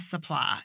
supply